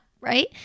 right